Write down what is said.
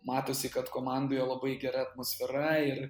matosi kad komandoje labai gera atmosfera ir